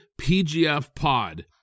PGFPOD